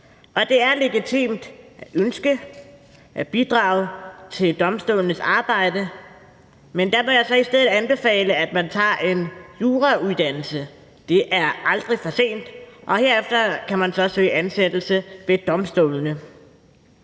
Det er et legitimt ønske at bidrage til domstolenes arbejde, men der må jeg så i stedet anbefale, at man tager en jurauddannelse. Det er aldrig for sent, og herefter kan man så søge ansættelse ved domstolene.